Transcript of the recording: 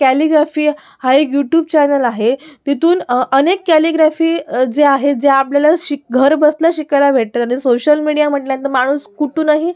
calligraphy हा एक YouTube channel आहे तिथून अनेक कॅलीग्राफी जे आहे जे आपल्याला शि घरबसल्या शिकायला भेटतं आणि सोशल मिडिया म्हटल्यानंतर माणूस कुठूनही